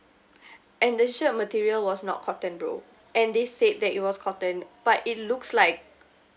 and the shirt material was not cotton bro and they said that it was cotton but it looks like